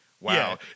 wow